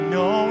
no